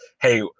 hey